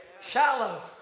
Shallow